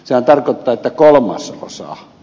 sä tarkota että kolmas osa